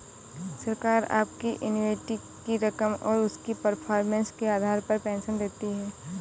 सरकार आपकी एन्युटी की रकम और उसकी परफॉर्मेंस के आधार पर पेंशन देती है